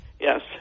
Yes